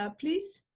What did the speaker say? ah please.